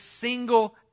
single